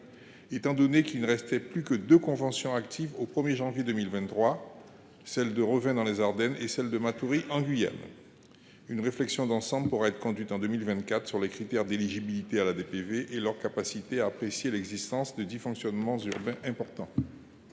étant donné qu’il ne restait plus que deux conventions actives au 1 janvier 2023 : celle de Revin dans les Ardennes et celle de Matoury en Guyane. Une réflexion d’ensemble pourra être conduite en 2024 sur les critères d’éligibilité à la DPV et sur la pertinence de ces critères pour apprécier l’existence de dysfonctionnements urbains importants.